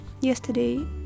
Yesterday